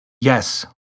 yes